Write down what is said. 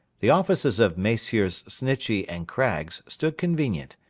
the offices of messrs. snitchey and craggs stood convenient,